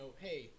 hey –